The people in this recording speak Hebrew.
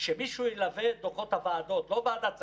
שמישהו ילווה את דוחות הוועדות, לא ועדת סגיס.